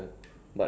ya